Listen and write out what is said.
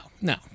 no